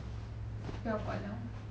不要管他